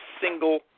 single